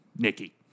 Nikki